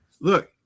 look